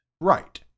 Right